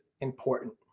important